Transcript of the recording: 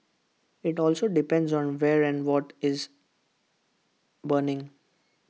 IT also depends on where and what is burning